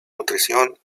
nutrición